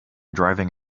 driving